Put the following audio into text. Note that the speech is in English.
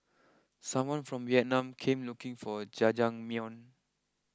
someone from Vietnam came looking for Jajangmyeon